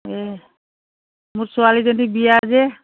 এই মোৰ ছোৱালীজনীৰ বিয়া যে